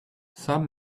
some